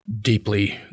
deeply